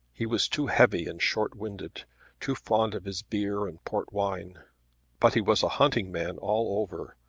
he was too heavy and short-winded too fond of his beer and port wine but he was a hunting man all over,